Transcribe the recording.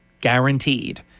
guaranteed